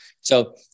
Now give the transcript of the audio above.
So-